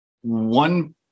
one